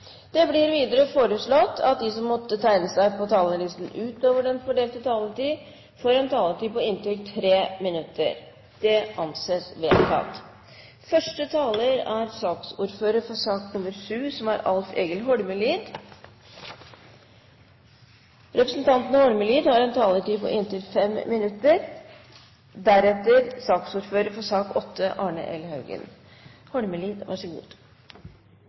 Videre blir det foreslått at de som måtte tegne seg på talerlisten utover den fordelte taletid, får en taletid på inntil 3 minutter. – Det anses vedtatt. Det er en glede for meg å være saksordfører for et forslag som viser interesse for norsk bergindustri. Vi i Arbeiderpartiet har i en tid arbeidet med en politikk for